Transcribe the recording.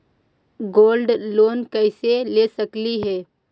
Gold loan कैसे ले सकली हे?